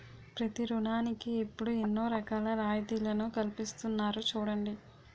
ప్రతి ఋణానికి ఇప్పుడు ఎన్నో రకాల రాయితీలను కల్పిస్తున్నారు చూడండి